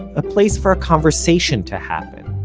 a place for a conversation to happen.